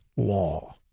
Law